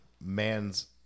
man's